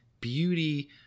beauty